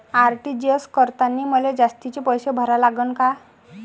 RTGS करतांनी मले जास्तीचे पैसे भरा लागन का?